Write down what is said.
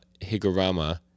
Higurama